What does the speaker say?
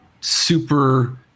super